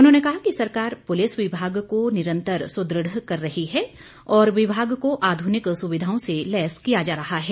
उन्होंने कहा कि सरकार पुलिस विभाग को निरंतर सुदृढ़ कर रही है और विभाग को आधुनिक सुविधाओं से लैस किया जा रहा है